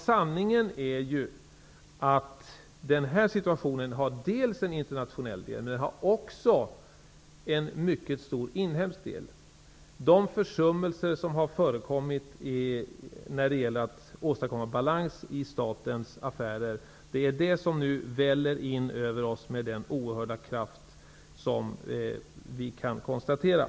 Sanningen är att den här situationen har dels en internationell del, dels en mycket stor inhemsk del: de försummelser som förekommit när det gäller att åstadkomma balans i statens affärer. Det är detta som nu väller över oss med den oerhörda kraft som vi har kunnat konstatera.